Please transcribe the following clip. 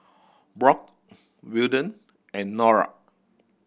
Brock Wilton and Nora